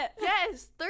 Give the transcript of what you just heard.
Yes